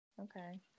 Okay